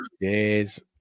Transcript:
days